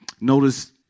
Notice